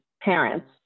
parents